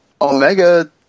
Omega